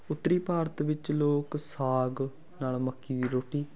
ਉੱਤਰੀ ਭਾਰਤ ਵਿੱਚ ਲੋਕ ਸਾਗ ਨਾਲ ਮੱਕੀ ਦੀ ਰੋਟੀ